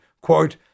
quote